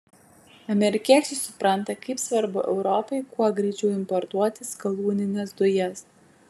amerikiečiai supranta kaip svarbu europai kuo greičiau importuoti skalūnines dujas